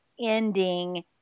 ending